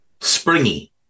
Springy